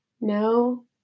no